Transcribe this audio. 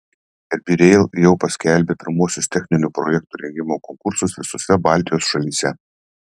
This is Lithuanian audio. rb rail jau paskelbė pirmuosius techninių projektų rengimo konkursus visose baltijos šalyse